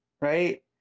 right